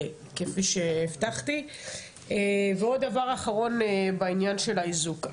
כפי שהבטחתי ועוד דבר אחרון בעניין של האיזוק,